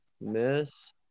miss